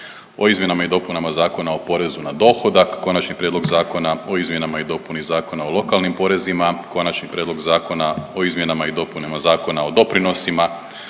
o izmjenama i dopunama Zakona o porezu na dohodak, Konačni prijedlog Zakona o izmjenama i dopuni Zakona o lokalnim porezima, Konačni prijedlog Zakona o izmjenama i dopunama Zakona o doprinosima,